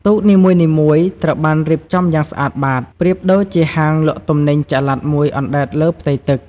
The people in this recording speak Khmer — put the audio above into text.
ទូកនីមួយៗត្រូវបានរៀបចំយ៉ាងស្អាតបាត ប្រៀបដូចជាហាងលក់ទំនិញចល័តមួយអណ្ដែតលើផ្ទៃទឹក។